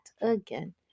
again